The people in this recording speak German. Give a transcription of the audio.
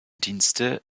dienste